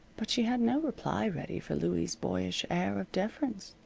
but she had no reply ready for louie's boyish air of deference.